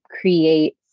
create